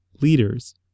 leaders